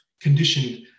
conditioned